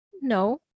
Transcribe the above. no